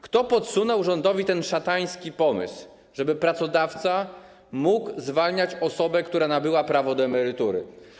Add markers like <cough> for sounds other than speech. Kto podsunął rządowi ten szatański pomysł, żeby pracodawca mógł zwalniać osobę, <noise> która nabyła prawo do emerytury?